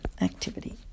activity